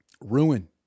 ruin